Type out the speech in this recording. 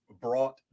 brought